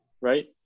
right